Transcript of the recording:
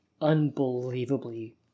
unbelievably